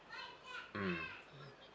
mm